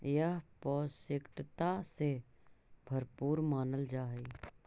यह पौष्टिकता से भरपूर मानल जा हई